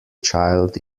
child